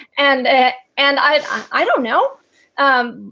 and at and i don't know. um